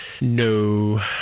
No